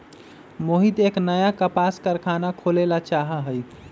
मोहित एक नया कपास कारख़ाना खोले ला चाहा हई